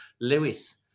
lewis